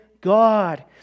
God